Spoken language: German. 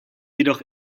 jedoch